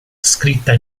scritta